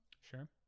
sure